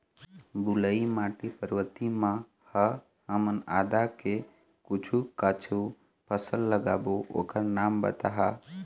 बलुई माटी पर्वतीय म ह हमन आदा के कुछू कछु फसल लगाबो ओकर नाम बताहा?